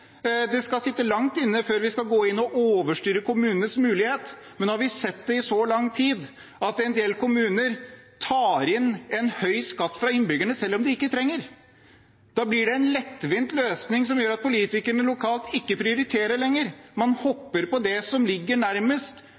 Det skal sitte langt inne å gå inn og overstyre kommunenes mulighet, men nå har vi sett i så lang tid at en del kommuner tar inn høy skatt fra innbyggerne selv om de ikke trenger det. Da blir det en lettvint løsning som gjør at politikerne lokalt ikke prioriterer lenger. Man hopper på det som ligger nærmest,